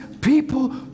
people